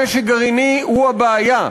נשק גרעיני הוא הבעיה.